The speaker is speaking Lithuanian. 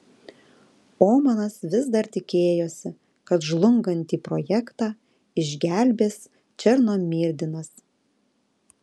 omanas vis dar tikėjosi kad žlungantį projektą išgelbės černomyrdinas